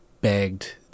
begged